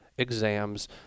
exams